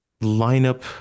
lineup